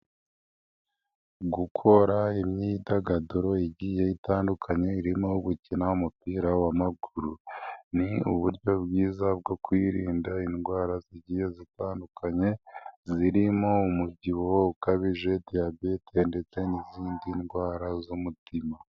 Gukora imyidagaduro igiye itandukanye irimo gukina umupira w'amaguru, ni uburyo bwiza bwo kwirinda indwaragiye zitandukanye zirimo umubyibuho ukabije, diyabete ndetse n'izindi ndwara z'umutima.